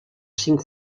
cinc